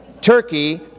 Turkey